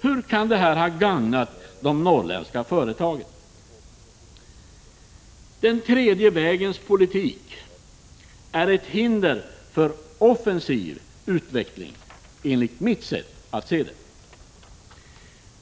Hur kan detta gagna de norrländska företagen? Den tredje vägens politik är ett hinder för en offensiv utveckling, enligt mitt sätt att se det.